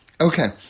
Okay